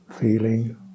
feeling